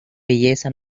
belleza